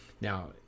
Now